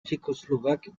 tchécoslovaque